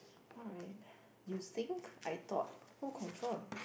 alright you think I thought who confirm